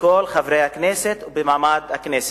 בכל חברי הכנסת ובמעמד הכנסת.